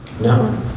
No